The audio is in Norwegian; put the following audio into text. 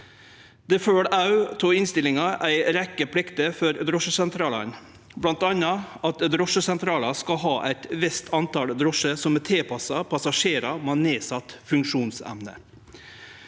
Det følgjer òg av innstillinga ei rekkje plikter for drosjesentralane, bl.a. at drosjesentralar skal ha eit visst antal drosjar som er tilpassa passasjerar med nedsett funksjonsevne.